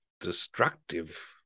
destructive